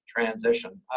transition